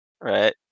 right